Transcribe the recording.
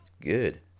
Good